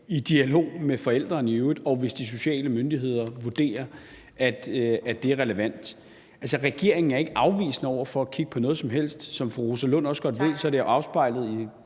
i dialog med forælderen i øvrigt, og hvis de sociale myndigheder vurderer, at det er relevant. Regeringen er ikke afvisende over for at kigge på noget som helst. Som fru Rosa Lund også godt ved, er det jo afspejlet i